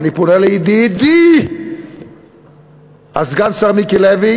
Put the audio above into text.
אני פונה לידידי סגן השר מיקי לוי,